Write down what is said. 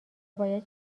باید